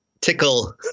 tickle